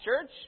church